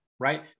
right